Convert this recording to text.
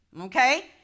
Okay